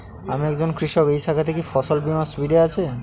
আমি একজন কৃষক এই শাখাতে কি ফসল বীমার সুবিধা আছে?